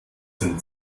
sind